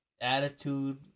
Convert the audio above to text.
attitude